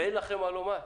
ואין לכם מה לומר?